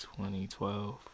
2012